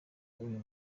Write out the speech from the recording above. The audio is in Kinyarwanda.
uyu